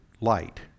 light